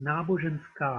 náboženská